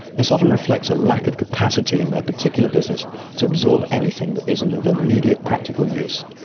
this often reflects a lack of capacity in their particular business to absorb anything that isn't of immediate practical use,